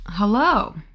Hello